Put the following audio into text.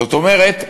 זאת אומרת,